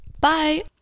Bye